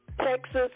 Texas